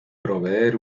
proveer